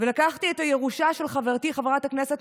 ולקחתי את הירושה של חברתי חברת הכנסת